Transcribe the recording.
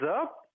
up